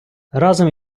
разом